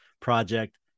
project